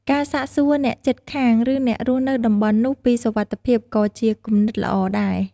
ការសាកសួរអ្នកជិតខាង ឬអ្នករស់នៅតំបន់នោះពីសុវត្ថិភាពក៏ជាគំនិតល្អដែរ។